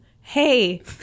hey